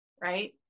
Right